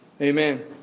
Amen